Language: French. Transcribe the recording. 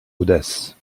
audace